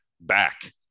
back